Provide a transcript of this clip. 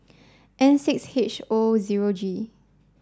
N six H O zero G